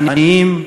עניים,